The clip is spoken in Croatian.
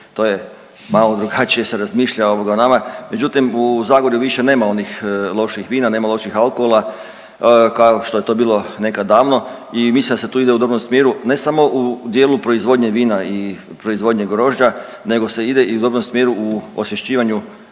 To je malo drugačije se razmišlja o nama, međutim, u Zagorju više nema onih loših vina, nema loših alkohola kao što je to bilo nekad davno i mislim da se tu ide u dobrom smjeru ne samo u dijelu proizvodnje vina i proizvodnje grožđa, nego se ide i u dobrom smjeru u osvješćivanju